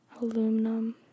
aluminum